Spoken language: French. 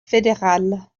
fédéral